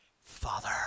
father